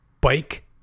bike